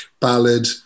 ballad